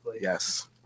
Yes